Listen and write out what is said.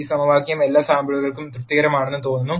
ഈ സമവാക്യം എല്ലാ സാമ്പിളുകൾക്കും തൃപ്തികരമാണെന്ന് തോന്നുന്നു